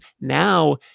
Now